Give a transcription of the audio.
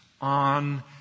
on